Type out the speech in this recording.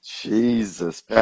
Jesus